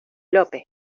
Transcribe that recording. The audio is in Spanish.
lope